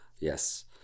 Yes